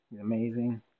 amazing